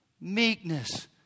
meekness